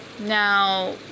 Now